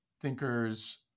thinkers